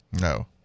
No